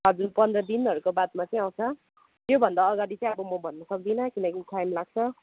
हजुर पन्ध्र दिनहरूको बादमा चाहिँ आउँछ त्योभन्दा अगाडि चाहिँ अब म भन्न सक्दिनँ किनकि टाइम लाग्छ